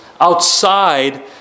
outside